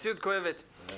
מציאות כואבת.